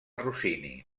rossini